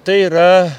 tai yra